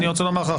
אני רוצה לומר לך,